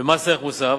ומס ערך מוסף,